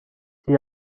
die